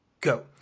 go